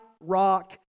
rock